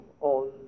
on